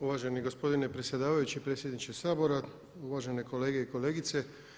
Uvaženi gospodine predsjedavajući, predsjedniče Sabora, uvažene kolegice i kolege.